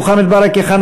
מוחמד ברכה,